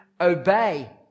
obey